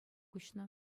уҫнӑ